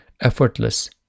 effortless